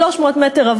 300 מ"ר,